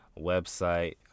website